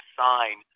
sign